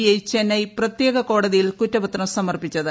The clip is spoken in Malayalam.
ഐ ചെന്നൈ പ്രത്യേക കോടതിയിൽ കുറ്റപത്രം സമർപ്പിച്ചത്